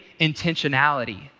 intentionality